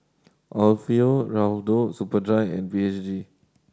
Alfio Raldo Superdry and B H G